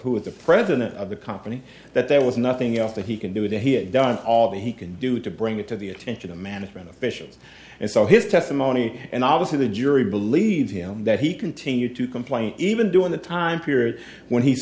were the president of the company that there was nothing else that he can do that he had done all that he could do to bring it to the attention of management officials and so his testimony and obviously the jury believed him that he continued to complain even during the time period when he